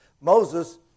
Moses